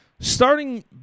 Starting